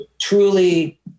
truly